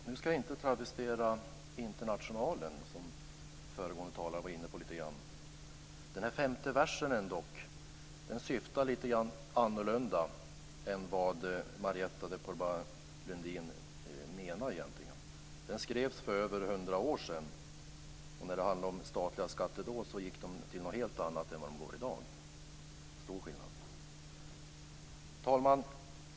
Herr talman! Nu skall jag inte travestera Internationalen, som föregående talare var inne på lite grand. Den här femte versen syftar dock lite annorlunda än vad Marietta de Pourbaix-Lundin menar. Den skrevs för över hundra år sedan, och när det handlade om statliga skatter då gick de till något helt annat än de gör i dag. Det är stor skillnad. Herr talman!